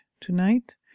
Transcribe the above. tonight